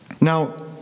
Now